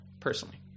personally